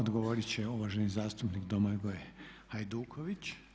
Odgovorit će uvaženi zastupnik Domagoj Hajduković.